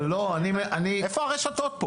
איפה הרשתות פה?